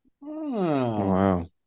Wow